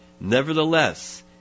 Nevertheless